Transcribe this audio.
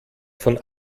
von